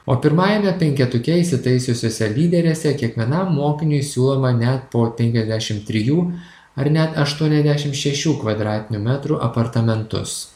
o pirmajame penketuke įsitaisiusiose lyderėse kiekvienam mokiniui siūloma net po penkiasdešim trijų ar net aštuoniasdešim šešių kvadratinių metrų apartamentus